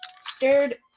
stared